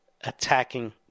attacking